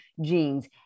genes